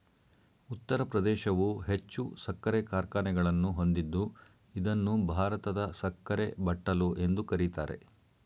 ಉತ್ತರ ಪ್ರದೇಶವು ಹೆಚ್ಚು ಸಕ್ಕರೆ ಕಾರ್ಖಾನೆಗಳನ್ನು ಹೊಂದಿದ್ದು ಇದನ್ನು ಭಾರತದ ಸಕ್ಕರೆ ಬಟ್ಟಲು ಎಂದು ಕರಿತಾರೆ